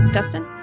Dustin